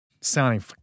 sounding